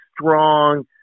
strong